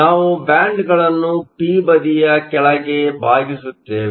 ನಾವು ಬ್ಯಾಂಡ್ಗಳನ್ನು ಪಿ ಬದಿಯ ಕೆಳಗೆ ಬಾಗಿಸುತ್ತೇವೆ